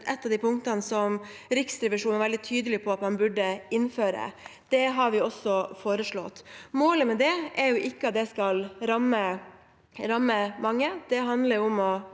det ett punkt Riksrevisjonen var veldig tydelig på at man burde innføre. Det har vi også foreslått. Målet med det er ikke at det skal ramme mange, det handler om å